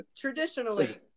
traditionally